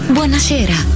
Buonasera